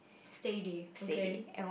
Sadie okay